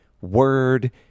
word